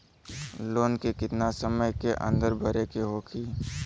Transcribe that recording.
Loan के कितना समय के अंदर भरे के होई?